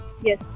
yes